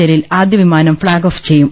ജലീൽ ആദ്യവിമാനം flag off ചെയ്യും